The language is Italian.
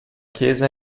chiesa